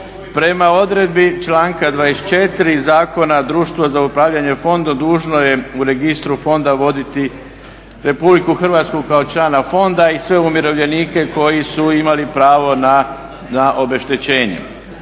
Prema odredbi članka 24. zakona Društvo za upravljanje fondom dužno je u registru fonda voditi RH kao člana fonda i sve umirovljenike koji su imali pravo na obeštećenje.